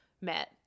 met